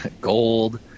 gold